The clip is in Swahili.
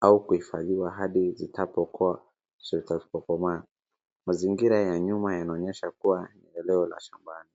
au kuhifadhiwa hadi zitakapo komaa. Mazingira ya nyuma yanaonyesha kuwa eneo la shambani.